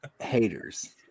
haters